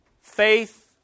faith